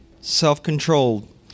self-controlled